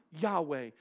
Yahweh